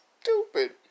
stupid